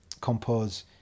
compose